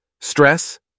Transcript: stress